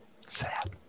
Sad